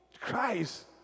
Christ